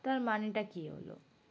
তার মানেটা কী হলো